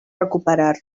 recuperar